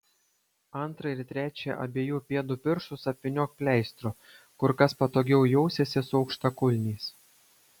antrą ir trečią abiejų pėdų pirštus apvyniok pleistru kur kas patogiau jausiesi su aukštakulniais